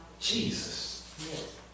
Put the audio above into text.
Jesus